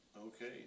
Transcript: Okay